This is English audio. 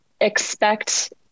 expect